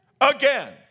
again